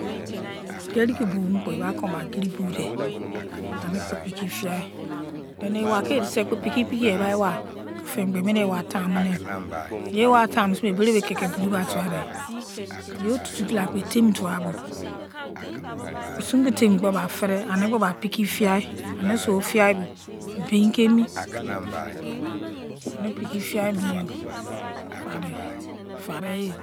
Garri ki buo mi ki gba buodei ki gba kpu abai gai jai uwa ke edi anikpo piki fijai se okpo fime, kpo emini ona taumu nei ekpa taumu sin bo ebenbe kele kan aldi bulu mai furider yon ofutu kei fei kpo jaki tumi furbo osun ki tani kpo bai fidei anikpo piki fugai aniso too beinke mie aniso ofiga too ani piki fiyai mi yoi fadei yei fadei yei.